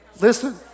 Listen